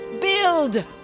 Build